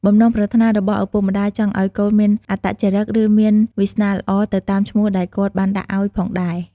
បំណងប្រាថ្នារបស់ឪពុកម្តាយចង់ឲ្យកូនមានអត្តចរឹក ឬមានវាសនាល្អ ទៅតាមឈ្មោះដែលគាត់បានដាក់ឲ្យផងដែរ។